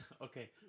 Okay